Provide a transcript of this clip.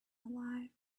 alive